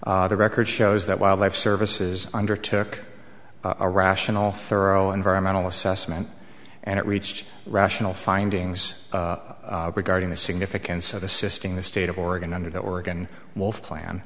the record shows that wildlife services undertook a rational thorough environmental assessment and it reached rational findings regarding the significance of assisting the state of oregon under the oregon wolf plan